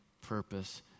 purpose